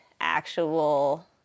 actual